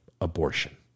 abortion